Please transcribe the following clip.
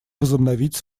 возобновить